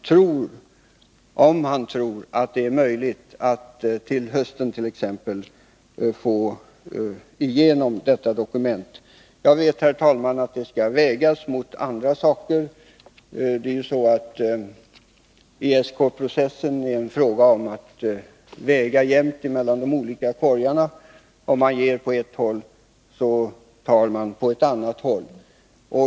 Tror utrikesministern att det är möjligt att t.ex. till hösten få en överenskommelse grundad på detta dokument? Jag vet att det skall vägas mot andra saker. I ESK-processen är det ju fråga om att det skall väga jämnt mellan de olika korgarna. Om man ger på ett håll tar man på ett annat håll.